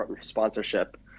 sponsorship